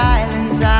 island's